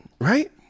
right